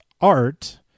Art